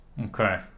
Okay